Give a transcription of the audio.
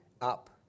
up